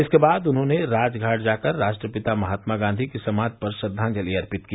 इसके बाद उन्होंने राजघाट जाकर राष्ट्रपिता महात्मा गांधी की समाधि पर श्रद्वांजलि अर्पित की